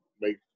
make